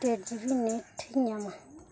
ᱰᱮᱹᱲ G B net ᱤᱧ ᱧᱟᱢᱟ